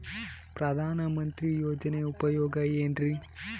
ಪ್ರಧಾನಮಂತ್ರಿ ಯೋಜನೆ ಉಪಯೋಗ ಏನ್ರೀ?